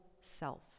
self